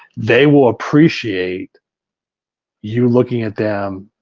they will appreciate you looking at them,